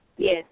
Yes